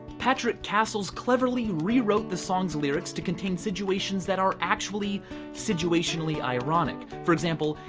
patrick cassels cleverly rewrote the song's lyrics to contain situations that are actually situationally ironic. for example,